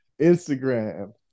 Instagram